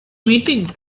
meeting